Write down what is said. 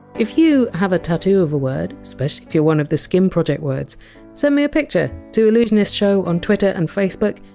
if you have a tattoo of a word especially if you! re one of the skin project words send me a picture, to allusionistshow on twitter and facebook!